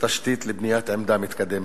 תשתית לבניית עמדה מתקדמת.